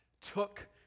took